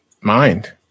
mind